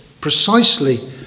precisely